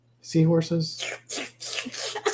seahorses